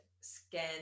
scan